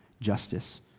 justice